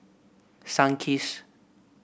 sunkist